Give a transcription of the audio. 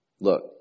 Look